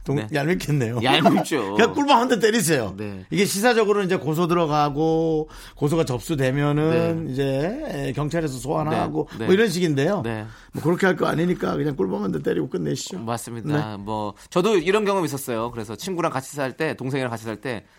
네. 동- 네. 얄밉겠네요. 얄밉죠. 그냥 꿀밤 한 대 때리세요. 네. 이게 시사적으로 이제 고소 들어가고 고소가 접수되면은 네. 이제 경찰에서 소환하고 뭐 네. 네. 이런 식인데요. 네. 뭐 그렇게 할 거 아니니까 그냥 꿀밤 한 대 때리고 끝내시죠. 어, 맞습니다. 네. 뭐 저도 이런 경험이 있었어요. 그래서 친구랑 같이 살 때, 동생이랑 같이 살 때